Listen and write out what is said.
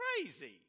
crazy